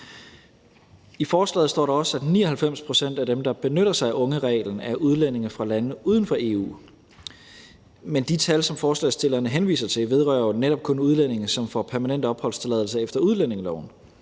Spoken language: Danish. I forslaget står der også, at 99 pct. af dem, der benytter sig af ungereglen er udlændinge fra lande uden for EU, men de tal, som forslagsstillerne henviser til, vedrører jo netop kun udlændinge, som får permanent opholdstilladelse efter udlændingeloven.